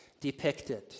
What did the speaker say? depicted